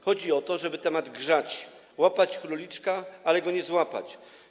Chodzi o to, żeby temat grzać, łapać króliczka, ale go nie złapać.